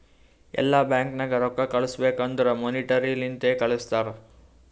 ಎಲ್ಲಾ ಬ್ಯಾಂಕ್ ನಾಗ್ ರೊಕ್ಕಾ ಕಳುಸ್ಬೇಕ್ ಅಂದುರ್ ಮೋನಿಟರಿ ಲಿಂತೆ ಕಳ್ಸುತಾರ್